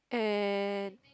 and